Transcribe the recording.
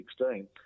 2016